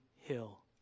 hill